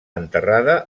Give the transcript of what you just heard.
enterrada